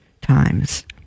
times